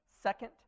second